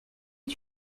est